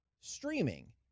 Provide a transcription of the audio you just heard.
streaming